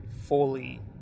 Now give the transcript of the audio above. fully